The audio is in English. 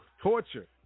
torture